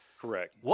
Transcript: Correct